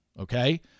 okay